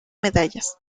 medallas